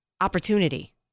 opportunity